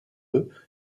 eux